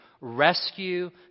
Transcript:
rescue